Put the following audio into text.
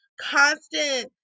constant